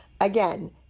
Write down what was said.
Again